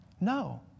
No